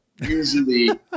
usually